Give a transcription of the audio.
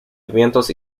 pimientos